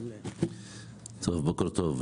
בוקר טוב,